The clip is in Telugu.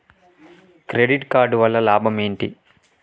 క్రెడిట్ కార్డు వల్ల లాభం ఏంటి?